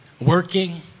working